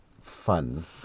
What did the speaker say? fun